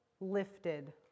lifted